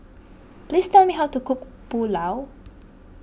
please tell me how to cook Pulao